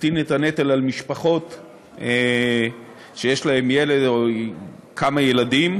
שתקטין את הנטל על משפחות שיש להם ילד או כמה ילדים.